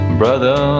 brother